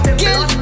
kill